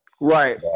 Right